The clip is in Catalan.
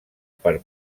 per